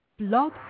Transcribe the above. blog